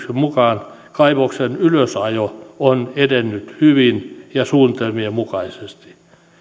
mukaan kaivoksen ylösajo on edennyt hyvin ja suunnitelmien mukaisesti